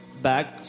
Back